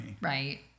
Right